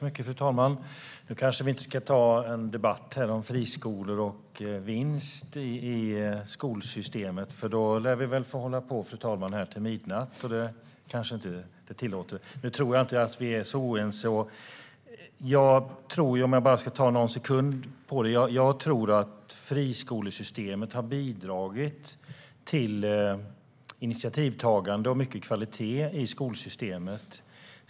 Fru talman! Nu kanske vi inte ska ta en debatt om friskolor och vinster i skolsystemet, för då skulle vi väl få hålla på till midnatt. Det kanske inte är tillåtet. Jag tror dock inte att vi är särskilt oense, och om jag ska lägga bara någon sekund på detta tror jag att friskolesystemet har bidragit till initiativtagande och mycket kvalitet i skolsystemet.